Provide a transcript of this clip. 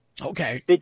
Okay